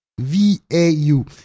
V-A-U